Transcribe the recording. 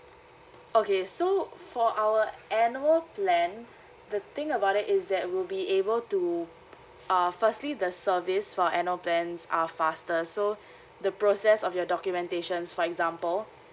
okay so for our annual plan the thing about it is that we'll be able to uh firstly the service for annual plans are faster so the process of your documentations for example